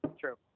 True